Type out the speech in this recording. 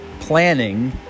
planning